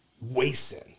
Wasting